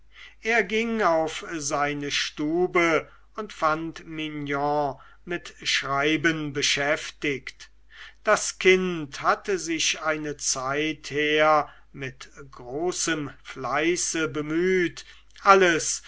er ging auf seine stube und fand mignon mit schreiben beschäftigt das kind hatte sich eine zeit her mit großem fleiße bemüht alles